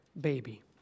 baby